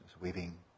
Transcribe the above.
weaving